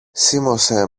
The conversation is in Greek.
σίμωσε